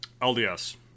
LDS